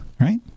right